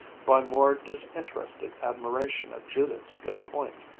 by more disinterested admiration of judith's good points,